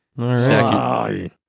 second